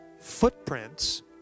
footprints